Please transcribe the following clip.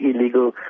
illegal